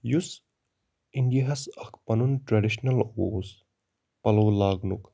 یُس اِنڈِیاہَس اَکھ پَنُن ٹرٛڈِشنَل اوس پَلو لاگنُک